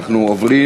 שר הפנים,